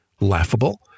laughable